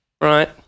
Right